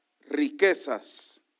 riquezas